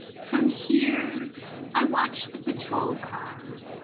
from here i watch the patrol car,